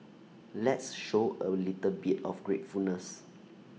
let's show A little bit of gratefulness